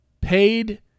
paid